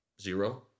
Zero